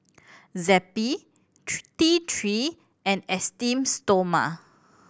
Zappy T Three and Esteem Stoma